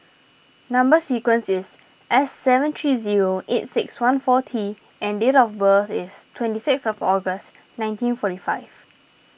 Number Sequence is S seven three zero eight six one four T and date of birth is twenty sixth August nineteen forty five